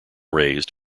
raised